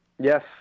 Yes